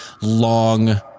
long